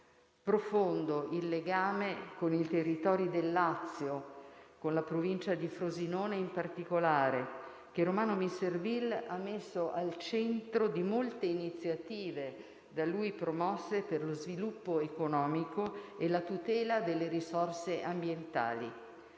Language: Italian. Profondo il legame con i territori del Lazio, con la Provincia di Frosinone in particolare, che Romano Misserville ha messo al centro di molte iniziative da lui promosse per lo sviluppo economico e la tutela delle risorse ambientali.